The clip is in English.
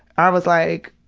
i was like,